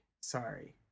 Sorry